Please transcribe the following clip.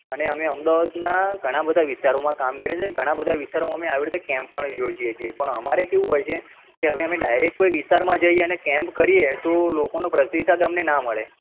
અને અમે અમદાવાદનાં ઘણા બધા વિસ્તારોમાં કામ કરીએ છીએ ઘણાં બધાં વિસ્તારોમાં અમે આવી રીતે કેમ્પ પણ યોજીએ છીએ પણ અમારે કેવું હોય છે કે હવે અમે ડાયરેક્ટ કોઈ વિસ્તારમાં જઈએ અને કેમ્પ કરીએ તો લોકોનો પ્રતિસાદ અમને ના મળે